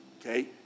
Okay